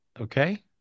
Okay